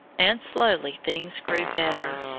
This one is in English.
and slowly things grew better.